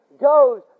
goes